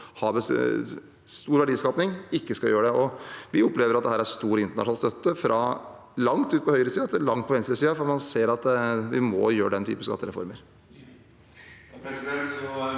har stor verdiskaping, ikke skal gjøre det. Vi opplever at dette har stor internasjonal støtte fra langt ut på høyresiden til langt ut på venstresiden, for man ser at vi må gjøre den typen skattereformer.